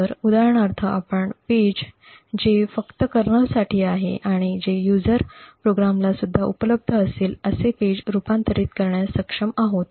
तर उदाहरणार्थ आपण पेज जे फक्त कर्नलसाठी आहे आणि जे युझर प्रोग्राम्सला सुद्धा उपलब्ध असेल असे पेज रूपांतरित करण्यास सक्षम आहोत